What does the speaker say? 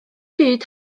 byd